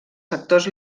sectors